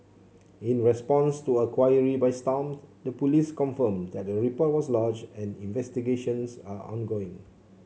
in response to a query by Stomp the police confirmed that a report was lodged and investigations are ongoing